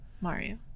Mario